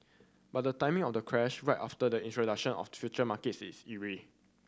but the timing of the crash right after the introduction of future markets is eerie